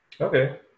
Okay